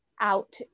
out